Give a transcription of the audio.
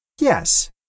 Yes